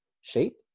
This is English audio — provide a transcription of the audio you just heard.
shape